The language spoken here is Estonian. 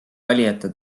valijate